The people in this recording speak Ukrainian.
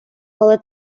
але